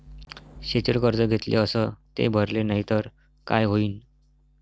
शेतीवर कर्ज घेतले अस ते भरले नाही तर काय होईन?